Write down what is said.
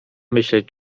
myśleć